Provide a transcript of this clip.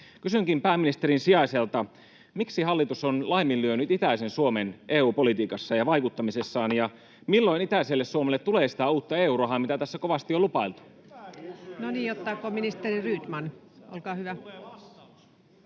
Kysynkin pääministerin sijaiselta: miksi hallitus on laiminlyönyt itäisen Suomen EU-politiikassa ja vaikuttamisessaan, ja milloin itäiselle Suomelle tulee sitä uutta EU-rahaa, mitä tässä kovasti on lupailtu? [Ben Zyskowicz: Vieläkö hakkaatte